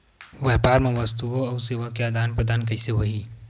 व्यापार मा वस्तुओ अउ सेवा के आदान प्रदान कइसे होही?